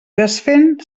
desfent